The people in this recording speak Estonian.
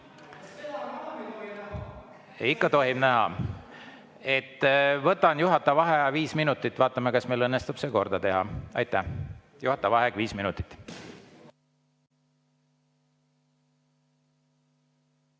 Ikka tohib näha. Võtan juhataja vaheaja viis minutit. Vaatame, kas meil õnnestub see korda teha. Juhataja vaheaeg viis minutit.